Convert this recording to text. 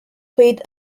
paid